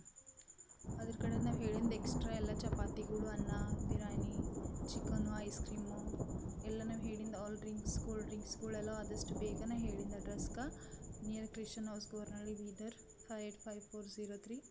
ಅದರ ಕಡೆಯಿಂದ ನಾವು ಹೇಳಿದ್ ಎಕ್ಸ್ಟ್ರಾ ಎಲ್ಲಾ ಚಪಾತಿಗಳು ಅನ್ನ ಬಿರಾನಿ ಚಿಕನು ಐಸ್ ಕ್ರೀಮು ಎಲ್ಲಾ ನಾವು ಹೇಳಿದ್ದು ಆಲ್ ಡ್ರಿಂಕ್ಸ್ ಕೂಲ್ ಡ್ರಿಂಕ್ಸ್ಗಳೆಲ್ಲಾ ಆದಷ್ಟು ಬೇಗನೇ ಹೇಳಿದ್ದ ಅಡ್ರೆಸ್ಗೆ near Krishan house Bornahalli Bidar five eight five four zero three